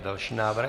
Další návrh.